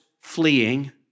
fleeing